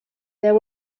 there